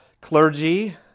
clergy